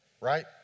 Right